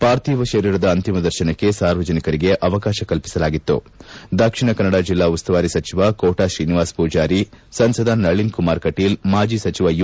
ಪಾರ್ಥಿವ ಶರೀರದ ಅಂತಿಮ ದರ್ಶನಕ್ಕೆ ಸಾರ್ವಜನಿಕಿಂಗೆ ಅವಕಾಶ ಕಲ್ಪಿಸಲಾಗಿತ್ತು ದಕ್ಷಿಣ ಕನ್ನಡ ಜಿಲ್ಲಾ ಉಸ್ತುವಾರಿ ಸಚಿವ ಕೋಟಾ ತ್ರೀನಿವಾಸ ಪೂಜಾರಿ ಸಂಸದ ನಳಿನ್ ಕುಮಾರ್ ಕಟೀಲ್ ಮಾಜಿ ಸಚವ ಯು